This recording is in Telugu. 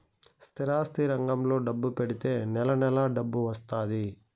స్థిరాస్తి రంగంలో డబ్బు పెడితే నెల నెలా డబ్బు వత్తాది